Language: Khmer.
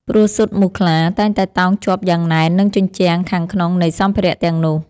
ព្រោះស៊ុតមូសខ្លាតែងតែតោងជាប់យ៉ាងណែននឹងជញ្ជាំងខាងក្នុងនៃសម្ភារៈទាំងនោះ។